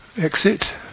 exit